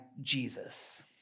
Jesus